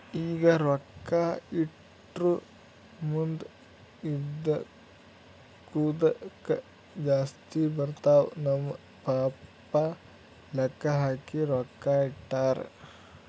ಈಗ ರೊಕ್ಕಾ ಇಟ್ಟುರ್ ಮುಂದ್ ಇದ್ದುಕ್ ಜಾಸ್ತಿ ಬರ್ತಾವ್ ನಮ್ ಪಪ್ಪಾ ಲೆಕ್ಕಾ ಹಾಕಿ ರೊಕ್ಕಾ ಇಟ್ಟಾರ್